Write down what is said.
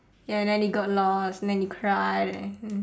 ya and then they got lost and then they cry and then hmm